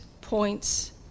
points